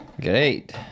Great